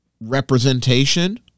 representation